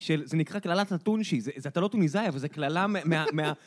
שזה נקרא כללת הטונשי, זה אתה לא טוניסאי, אבל זה קללה מה...